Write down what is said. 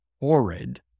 horrid